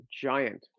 giant